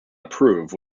approve